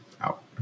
Out